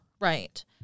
Right